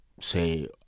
say